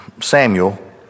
Samuel